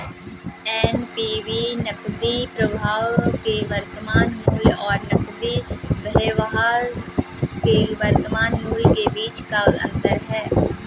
NPV नकदी प्रवाह के वर्तमान मूल्य और नकदी बहिर्वाह के वर्तमान मूल्य के बीच का अंतर है